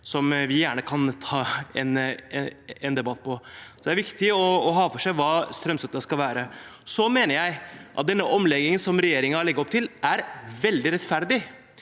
som vi gjerne kan ta en debatt på. Det er viktig å ha for seg hva strømstøtten skal være. Så mener jeg at denne omleggingen som regjeringen legger opp til, er veldig rettferdig